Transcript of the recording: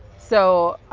so,